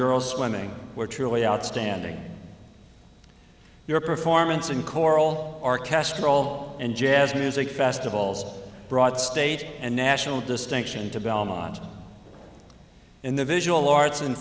girls swimming were truly outstanding your performance in coral or castrol and jazz music festivals brought state and national distinction to belmont in the visual arts in